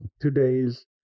today's